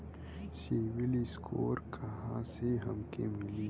CIBIL score कहाँसे हमके मिली?